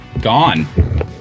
gone